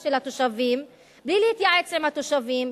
של התושבים בלי להתייעץ עם התושבים,